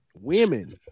women